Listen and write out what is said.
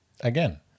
Again